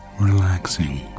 relaxing